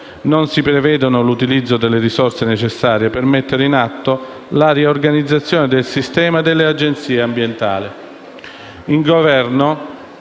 non si prevede l'utilizzo delle risorse necessarie per mettere in atto la riorganizzazione del Sistema delle agenzie ambientali.